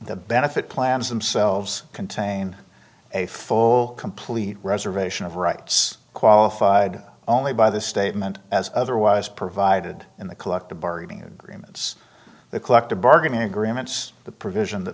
the benefit plans themselves contain a full complete reservation of rights qualified only by the statement as otherwise provided in the collective bargaining agreements the collective bargaining agreements the provision that